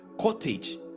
cottage